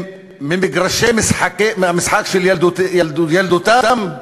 ממגרשי המשחק של ילדותם,